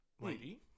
lady